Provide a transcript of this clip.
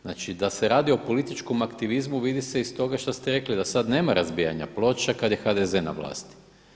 Znači, da se radi o političkom aktivizmu vidi se iz toga što ste rekli da sad nema razbijanja ploča kad je HDZ na vlasti.